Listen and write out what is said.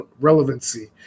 relevancy